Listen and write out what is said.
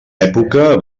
època